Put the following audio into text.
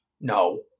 No